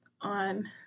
on